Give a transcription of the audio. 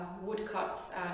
woodcuts